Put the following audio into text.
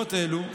בנסיבות אלו,